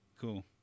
cool